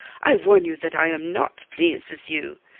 i warn you that i am not pleased with you.